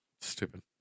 stupid